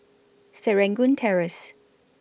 Serangoon Terrace